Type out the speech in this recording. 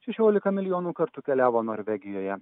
šešiolika milijonų kartų keliavo norvegijoje